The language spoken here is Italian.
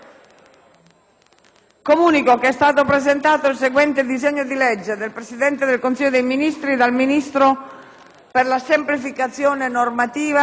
Comunico che è stato presentato il seguente disegno di legge: *dal Presidente del Consiglio dei ministri, dal Ministro per la semplificazione normativa